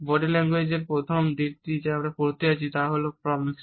body language এর প্রথম যে দিকটি আমরা পড়তে যাচ্ছি তা হল প্রক্সিমিক্স